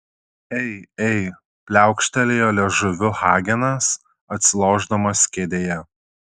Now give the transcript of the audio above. ei ei pliaukštelėjo liežuviu hagenas atsilošdamas kėdėje